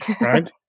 right